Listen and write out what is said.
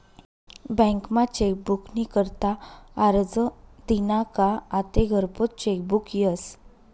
बँकमा चेकबुक नी करता आरजं दिना का आते घरपोच चेकबुक यस